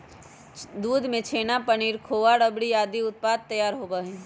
दूध से छेना, पनीर, खोआ, रबड़ी आदि उत्पाद तैयार होबा हई